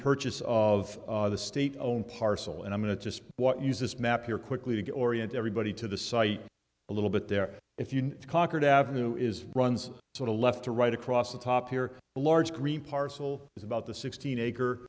purchase of the state owned parcel and i'm going to just what use this map here quickly to orient everybody to the site a little bit there if you can conquer it avenue is runs to the left or right across the top here a large green parcel is about the sixteen acre